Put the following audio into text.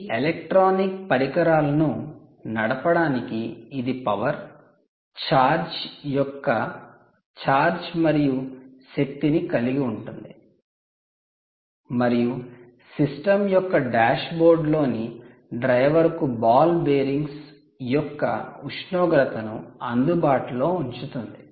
ఈ ఎలక్ట్రానిక్ పరికరాలను నడపడానికి ఇది పవర్ ఛార్జ్ మరియు శక్తిని కలిగి ఉంటుంది మరియు సిస్టమ్ యొక్క డాష్బోర్డ్ లోని 'డ్రైవర్' కు 'బాల్ బేరింగ్స్' యొక్క ఉష్ణోగ్రతను అందుబాటులో ఉంచుతుంది